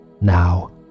now